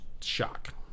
shock